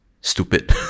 stupid